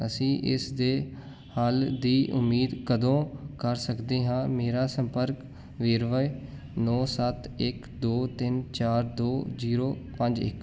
ਅਸੀਂ ਇਸ ਦੇ ਹੱਲ ਦੀ ਉਮੀਦ ਕਦੋਂ ਕਰ ਸਕਦੇ ਹਾਂ ਮੇਰਾ ਸੰਪਰਕ ਵੇਰਵੇ ਨੌ ਸੱਤ ਇੱਕ ਦੋ ਤਿੰਨ ਚਾਰ ਦੋ ਜੀਰੋ ਪੰਜ ਇੱਕ